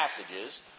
passages